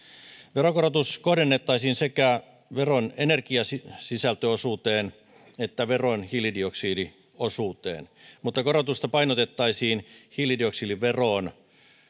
veronkorotus kohdennettaisiin sekä veron energiasisältöosuuteen että veron hiilidioksidiosuuteen mutta korotusta painotettaisiin hiilidioksidiveroon